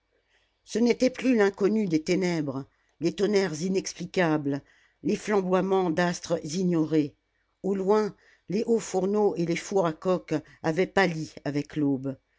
ce n'était plus l'inconnu des ténèbres les tonnerres inexplicables les flamboiements d'astres ignorés au loin les hauts fourneaux et les fours à coke avaient pâli avec l'aube